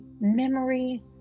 memory